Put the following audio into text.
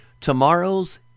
tomorrow's